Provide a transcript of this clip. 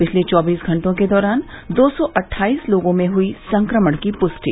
पिछले चौबीस घंटे के दौरान दो सौ अट्ठाईस लोगों में हुई संक्रमण की पुष्टि